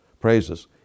praises